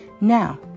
Now